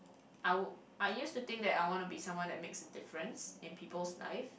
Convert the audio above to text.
I would I used to think that I want to be someone that makes the difference in people's life